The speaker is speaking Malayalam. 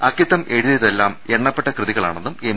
അക്കിത്തം എഴുതിയതെല്ലാം എണ്ണ പ്പെട്ട കൃതികളാണെന്നും എം